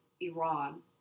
Iran